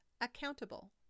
accountable